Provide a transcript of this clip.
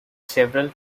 several